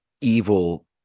evil